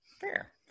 Fair